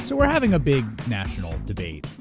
so we're having a big national debate